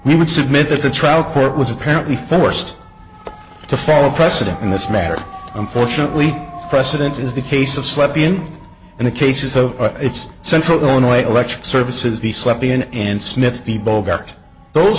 we would submit that the trial court was apparently forced to follow precedent in this matter unfortunately precedent is the case of slept in and the cases of its central illinois election services be slippin and smith